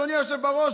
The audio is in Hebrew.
אדוני היושב בראש,